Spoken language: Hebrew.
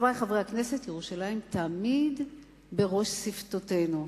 חברי חברי הכנסת, ירושלים תמיד בראש שפתותינו,